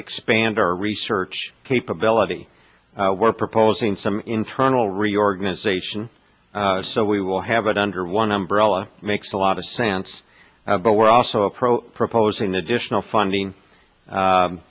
expand our research capability we're proposing some internal reorganization so we will have it under one umbrella makes a lot of sense but we're also approach proposing additional funding